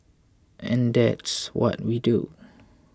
and that's what we do